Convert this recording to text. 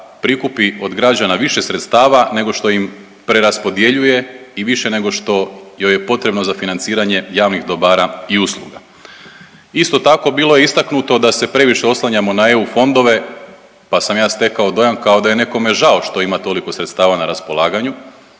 prikupi od građana više sredstava nego što im preraspodjeljuje i više nego što joj je potrebno za financiranje javnih dobara i usluga. Isto tako bilo je istaknuto da se previše oslanjamo na EU fondove, pa sam ja stekao dojam kao da je nekome žao što ima toliko sredstava na raspolaganju.